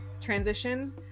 transition